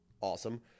Awesome